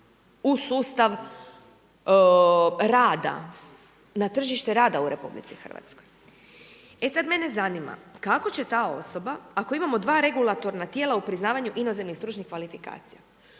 u sustav rada, na tržište rada u Republici Hrvatskoj, e sad mene zanima, kako će ta osoba ako imamo 2 regulatorna tijela u priznavanju inozemnih stručnih kvalifikacija,